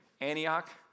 Antioch